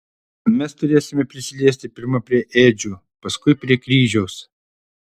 mes turėsime prisiliesti pirma prie ėdžių paskui prie kryžiaus